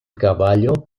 caballo